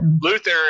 Luther